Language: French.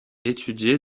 étudiés